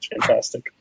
fantastic